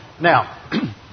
Now